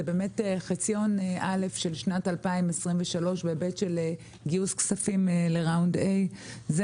הוא באמת חציון א' של שנת 2023 בהיבט של גיוס כספים לסיבוב A. בעיניי,